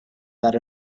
that